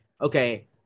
okay